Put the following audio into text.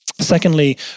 Secondly